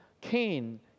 Cain